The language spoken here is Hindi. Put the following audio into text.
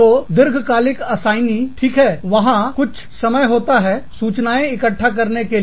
तो दीर्घकालिक असाइनीठीक है वहां कुछ समय होता है सूचनाएं इकट्ठा करने के लिए